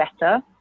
better